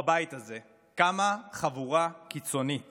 בבית הזה, קמה חבורה קיצונית